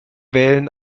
wählen